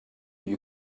you